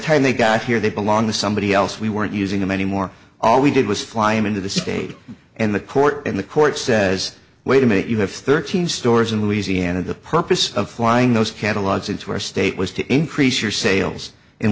time they got here they belong to somebody else we weren't using them anymore all we did was fly into the state and the court and the court says wait a minute you have thirteen stores in louisiana the purpose of flying those catalogs into our state was to increase your sales in